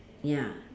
ya